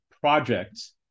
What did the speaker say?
projects